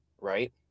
right